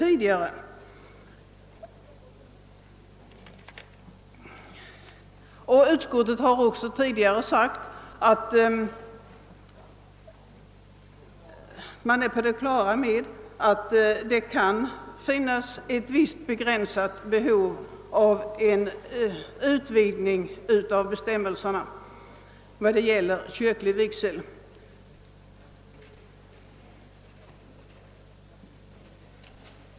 Inom utskottet har man även under tidigare år uttalat, att man är på det klara med att det kan finnas ett visst begränsat behov av att utvidga bestämmelserna för kyrklig vigsel.